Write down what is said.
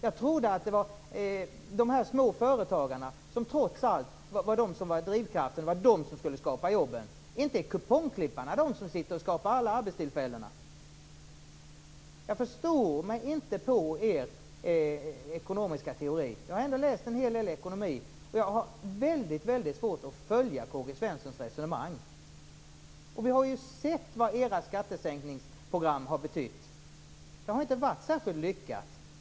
Jag trodde att det var sänkningen för de små företagarna som trots allt är drivkraften och de som skall skapa jobben. Är det kupongklipparna som skapar arbetstillfällena? Jag förstår mig inte på er ekonomiska teori. Jag har ändå läst en hel del ekonomi, men jag har väldigt svårt att följa K-G Svensons resonemang. Vi har ju sett vad era skattesänkningsprogram har lett till. De har inte varit särskilt lyckade.